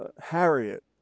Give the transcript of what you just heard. Harriet